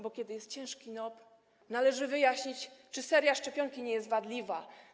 Bo kiedy jest ciężki NOP, należy wyjaśnić, czy seria szczepionki nie jest wadliwa.